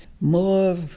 more